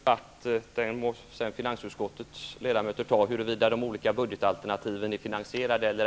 Fru talman! Vi skall inte ta någon lång debatt nu -- den får finansutskottets ledamöter ta -- om huruvida de olika budgetalternativen är finansierade eller